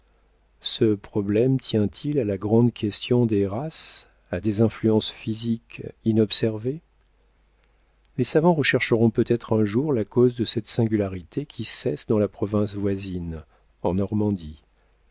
ce problème tient-il à la grande question des races à des influences physiques inobservées les savants rechercheront peut-être un jour la cause de cette singularité qui cesse dans la province voisine en normandie